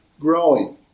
growing